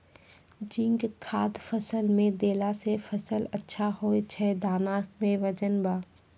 zinc खाद फ़सल मे देला से फ़सल अच्छा होय छै दाना मे वजन ब